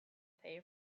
pay